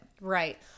right